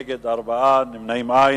נגד, 4, נמנעים, אין.